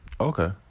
Okay